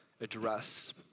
address